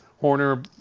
Horner